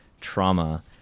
trauma